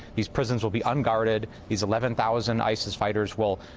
these prisons will be unguarded. these eleven thousand isis fighters will